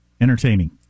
entertaining